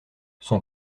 son